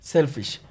Selfish